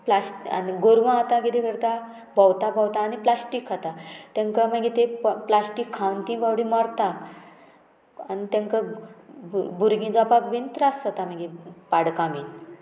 प्लास्ट आनी गोरवां आतां किदें करता भोंवता भोंवता आनी प्लास्टीक खाता तेंकां मागीर तें प्लास्टीक खावन तीं बावडी मरता आनी तेंका भुरगीं जावपाक बीन त्रास जाता मागीर पाडकां बीन